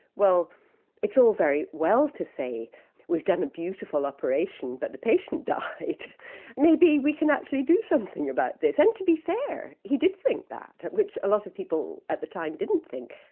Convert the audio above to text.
well it's all very well to say we've done a beautiful operation, but the patient died. maybe we can actually do something about this. and to be fair, he did think that, which a lot of people at the time didn't think.